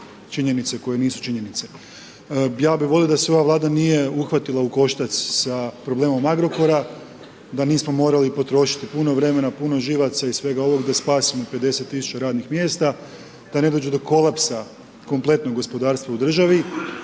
Ja bi volio da se ova vlada nije uhvatila u koštac sa problemom Agrokora, da nismo morali potrošiti puno vremena, puno živaca i svega ovoga da spasimo 50 tisuća radnih mjesta, da ne dođe do kolapsa kompletnog gospodarstva u državi